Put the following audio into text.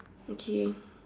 okay